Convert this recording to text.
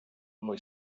boy